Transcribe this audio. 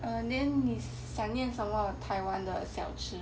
and then 你想念什么 taiwan 的小吃